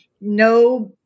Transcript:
no